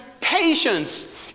patience